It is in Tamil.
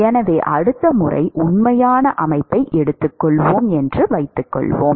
எனவே அடுத்த முறை உண்மையான அமைப்பை எடுத்துக்கொள்வோம் என்று வைத்துக்கொள்வோம்